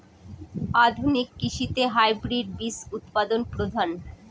আধুনিক কৃষিতে হাইব্রিড বীজ উৎপাদন প্রধান